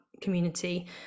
community